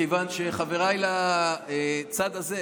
מכיוון שחבריי לצד הזה,